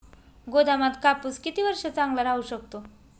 गोदामात कापूस किती वर्ष चांगला राहू शकतो?